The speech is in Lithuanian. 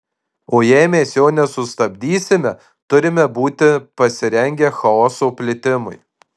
o jei mes jo nesustabdysime turime būti pasirengę chaoso plitimui